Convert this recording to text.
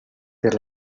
per